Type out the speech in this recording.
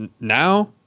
now